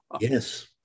Yes